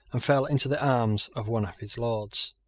and fell into the arms of one of his lords.